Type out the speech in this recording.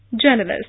journalist